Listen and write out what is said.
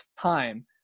time